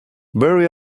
barry